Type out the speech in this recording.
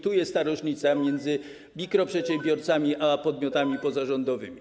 Tu jest ta różnica między mikroprzedsiębiorcami a podmiotami pozarządowymi.